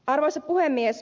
arvoisa puhemies